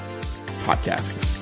podcast